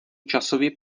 časově